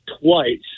twice